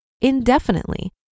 indefinitely